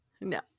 no